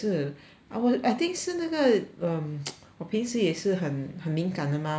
I was I think 是那个 um 我平时也是很很敏感的 mah 我的手